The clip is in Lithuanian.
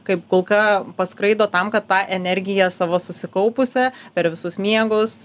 kaip kulka paskraido tam kad tą energiją savo susikaupusią per visus miegus